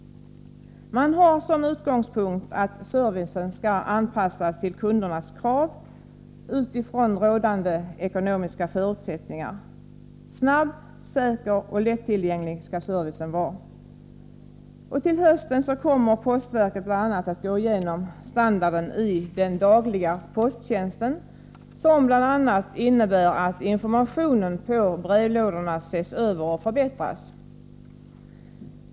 Man har som utgångspunkt att denna service skall anpassas till kundernas krav utifrån rådande ekonomiska förutsättningar. Servicen skall vara snabb, säker och lättillgänglig. Till hösten kommer postverket att gå igenom standarden på den dagliga posttjänsten, och det innebär bl.a. att informationen på brevlådorna ses över och förbättras.